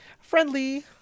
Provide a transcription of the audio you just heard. friendly